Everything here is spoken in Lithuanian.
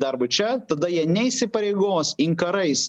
darbui čia tada jie neįsipareigos inkarais